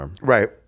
Right